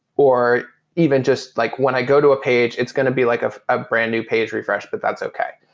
or even just like when i go to a page, it's going to be like a brand a brand new page refresh, but that's okay,